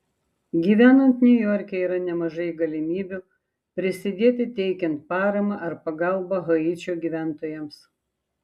gyvenant niujorke yra nemažai galimybių prisidėti teikiant paramą ar pagalbą haičio gyventojams